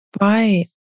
Right